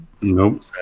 nope